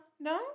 No